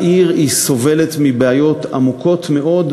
העיר סובלת מבעיות עמוקות מאוד,